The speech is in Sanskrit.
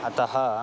अतः